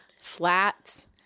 flats